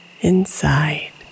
inside